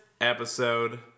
episode